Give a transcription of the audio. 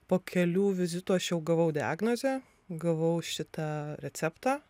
po kelių vizitų aš jau gavau diagnozę gavau šitą receptą